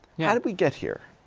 yeah how did we get here?